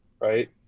right